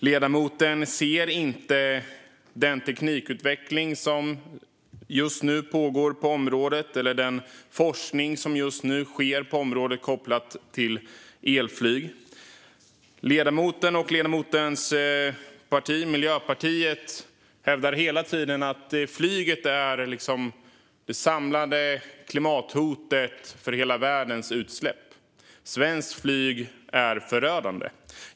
Ledamoten ser inte den teknikutveckling och forskning som just nu pågår på området vad gäller elflyg. Ledamoten och hans parti, Miljöpartiet, hävdar hela tiden att flyget utgör det samlade klimathotet för hela världens utsläpp. Svenskt flyg är tydligen förödande.